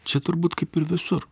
čia turbūt kaip ir visur